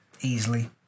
easily